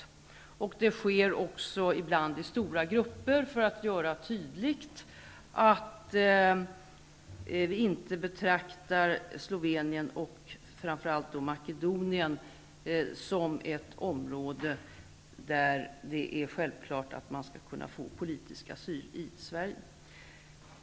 Verkställandet sker också ibland i stora grupper för att tydliggöra att vi inte betraktrar Slovenien och framför allt Makedonien som ett område varifrån man som politisk flykting självfallet skall få politisk asyl i Sverige.